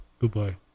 Goodbye